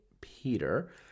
Peter